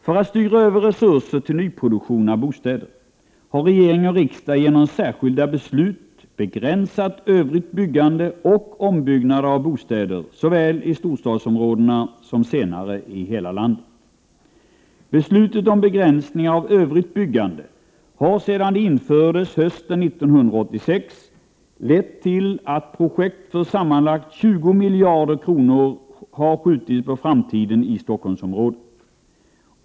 För att styra över resurser till nyproduktion av bostäder har regering och riksdag genom särskilda beslut begränsat övrigt byggande och ombyggnader av bostäder såväl i storstadsområdena som senare i hela landet. Beslutet om begränsningar av övrigt byggande har sedan dessa infördes hösten 1986 lett till att projekt för sammanlagt 20 miljarder kronor har skjutits på framtiden i Stockholmsområdet.